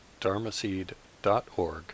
dharmaseed.org